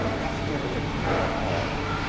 that's giving it your all.